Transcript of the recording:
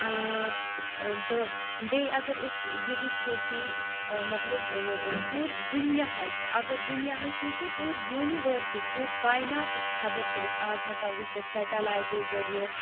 تہٕ بیٚیہِ اَگر أسۍ یہِ وٕچھو کہِ مَطلَب پوٗرٕ دُنیاہٕچ اَگر دُنیاہٕچ نہٕ کینٛہہ پوٗرٕ یوٗنِوٲرسٕچ پوٗرٕ کایِناتٕچ خَبَر چھِ أسۍ آز ہؠکان وٕچھِتھ سِؠٹلایٹو ذٔریعہٕ